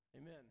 Amen